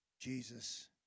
Jesus